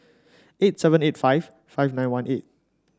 eight seven eight five five nine one eight